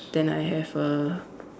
then I have a